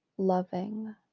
Loving